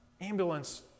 ambulance